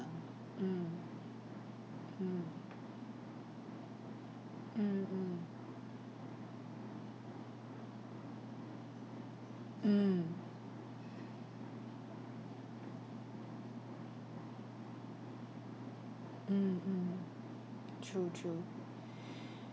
mm mm mm mm mm mm mm true true